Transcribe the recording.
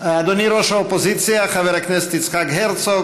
אדוני ראש האופוזיציה חבר הכנסת יצחק הרצוג,